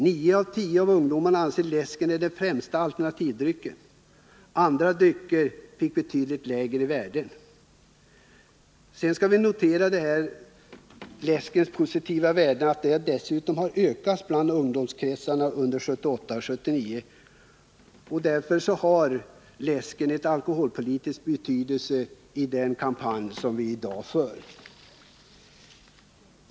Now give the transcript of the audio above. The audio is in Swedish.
Nio av tio ungdomar anser att läsken är den främsta alternativdrycken. Andra drycker fick betydligt lägre värden. Till det positiva med läsken skall vi dessutom notera att konsumtionen av läsk har ökat bland ungdomarna under 1978 och 1979. Alkoholpolitiskt har alltså läsken betydelse i den kampanj som vi i dag för.